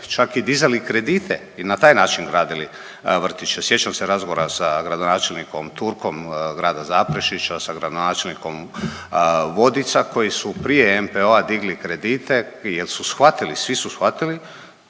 čak i dizali kredite i na taj način gradili vrtiće. Sjećam se razgovora sa gradonačelnikom Turkom, grada Zaprešića, sa gradonačelnikom Vodica koji su prije NPO-a digli kredite, jer su shvatili, svi su shvatili,